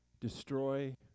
destroy